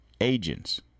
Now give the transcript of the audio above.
agents